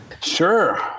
Sure